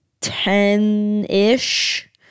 Ten-ish